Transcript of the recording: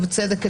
ובצדק,